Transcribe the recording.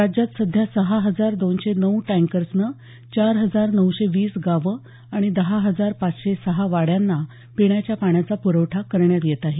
राज्यात सध्या सहा हजार दोनशे नऊ टँकर्सनं चार हजार नऊशे वीस गावं आणि दहा हजार पाचशे सहा वाड्यांना पिण्याच्या पाण्याचा प्रवठा करण्यात येत आहे